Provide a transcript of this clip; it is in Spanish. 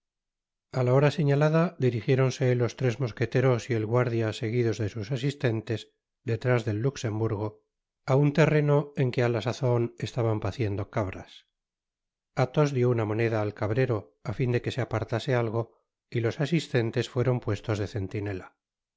a la hora señalada dirigiéronse los tres mosqueteros y el guardia seguidos de sus asistentes detrás del luxemburgo á un terreno en que á la sazon estaban paciendo cabras athos dió una moneda al cabrero á fin de que se apartase algo y los asistentes fueron puestos de centinela